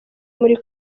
muri